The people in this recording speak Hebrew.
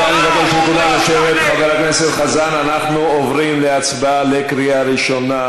לכן אני מבקש מחברי הכנסת להצביע בעד החוק ולהעביר את זה בקריאה ראשונה.